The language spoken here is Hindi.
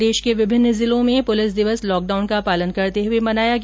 प्रदेश के विभिन्न जिलों में भी पुलिस दिवस लॉकडाउन का पालन करते हुए मनाया गया